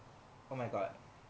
oh my god